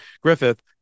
Griffith